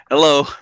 Hello